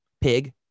Pig